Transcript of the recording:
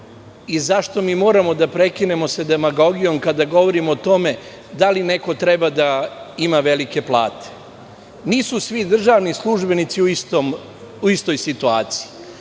i zašto moramo da prekinemo sa demagogijom kada govorimo o tome da li neko treba da ima velike plate. Nisu svi državni službenici u istoj situaciji.